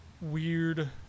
weird